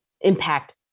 impact